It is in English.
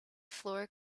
floor